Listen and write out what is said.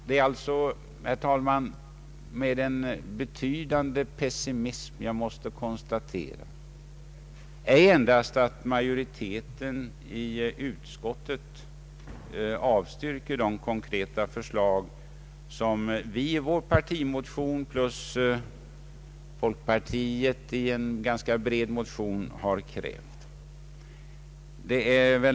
Det är, herr talman, med en betydande pessimism som jag måste konstatera ej endast att majoriteten i utskottet avstyrker de konkreta förslag som vi i vår partimotion och folkpartiet i en ganska bred motion har krävt.